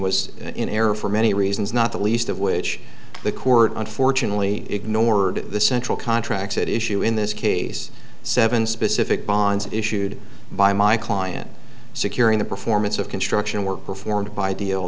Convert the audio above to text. error for many reasons not the least of which the court unfortunately ignored the central contracts issue in this case seven specific bonds issued by my client securing the performance of construction work performed by